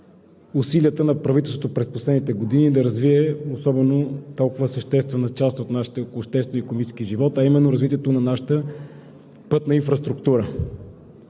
усилията на правителството през последните години да развие толкова съществена част от нашия обществено-икономически живот, а именно развитието на нашата пътна инфраструктура.